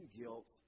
guilt